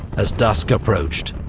as dusk approached,